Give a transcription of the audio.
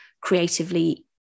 creatively